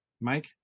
Mike